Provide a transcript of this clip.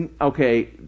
okay